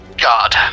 god